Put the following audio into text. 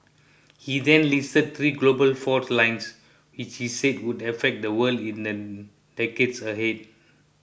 he then listed three global fault lines which he said would affect the world in the decades ahead